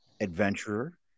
adventurer